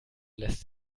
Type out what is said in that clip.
lässt